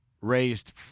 raised